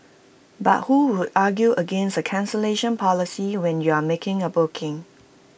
but who would argue against A cancellation policy when you are making A booking